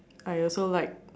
I also like